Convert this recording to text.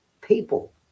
people